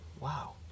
Wow